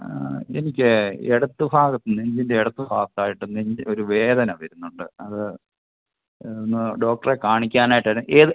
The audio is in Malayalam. ആ എനിക്ക് ഇടത്ത് ഭാഗത്ത് നെഞ്ചിൻ്റെ ഇടത്ത് ഭാഗത്തായിട്ട് നെഞ്ച് ഒരു വേദന വരുന്നുണ്ട് അത് ഒന്ന് ഡോക്ടറെ കാണിക്കാനായിട്ടാണ് ഏത്